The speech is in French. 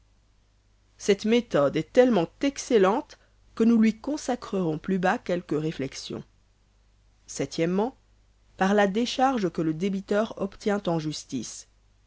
cette méthode est tellement excellente que nous lui consacrerons plus bas quelques réflexions o par la décharge que le débiteur obtient en justice